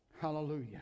Hallelujah